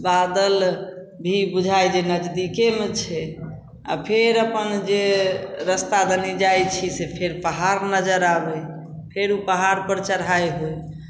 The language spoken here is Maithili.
बादल भी बुझाइ जे नजदिकेमे छै आओर फेर अपन जे रस्ता देने जाइ छी से फेर पहाड़ नजर आबै फेर ओ पहाड़पर चढ़ाइ होइ